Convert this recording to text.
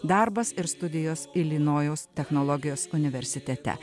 darbas ir studijos ilinojaus technologijos universitete